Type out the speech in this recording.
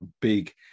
big